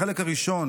החלק הראשון